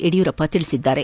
ಯಡಿಯೂರಪ್ಪ ಹೇಳಿದ್ದಾರೆ